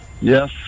Yes